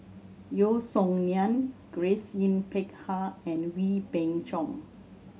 Yeo Song Nian Grace Yin Peck Ha and Wee Beng Chong